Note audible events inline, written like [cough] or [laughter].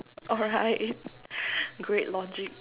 alright [laughs] great logic